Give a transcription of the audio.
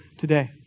Today